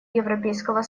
европейского